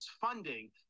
funding